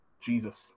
Jesus